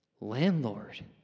Landlord